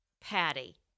Patty